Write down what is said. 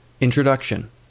Introduction